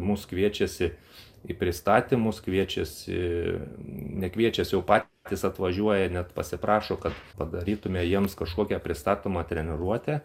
mus kviečiasi į pristatymus kviečiasi ne kviečiasi o patys atvažiuoja net pasiprašo kad padarytume jiems kažkokią pristatomą treniruotę